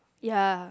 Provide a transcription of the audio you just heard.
ya